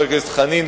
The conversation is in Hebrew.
חבר הכנסת חנין,